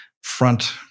front